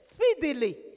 Speedily